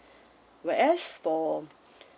where as for